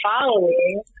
following